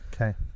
Okay